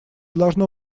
должно